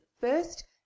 first